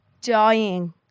dying